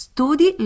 Studi